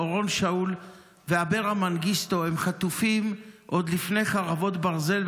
אורון שאול ואברה מנגיסטו הם חטופים עוד לפני חרבות ברזל.